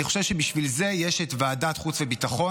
אני חושב שבשביל זה יש את ועדת החוץ והביטחון.